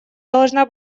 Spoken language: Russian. должна